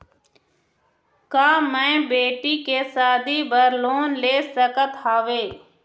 का मैं बेटी के शादी बर लोन ले सकत हावे?